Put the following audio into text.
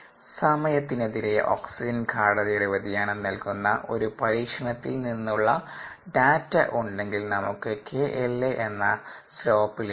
സമയത്തിനെതിരെ oxygen ഗാഢതയുടെ വ്യതിയാനം നൽകുന്ന ഒരു പരീക്ഷണത്തിൽ നിന്നുള്ള ഡാറ്റ ഉണ്ടെങ്കിൽ നമുക്ക് KLa എന്ന സ്ലോപ് ലഭിക്കും